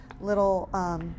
little